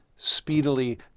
speedily